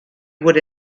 would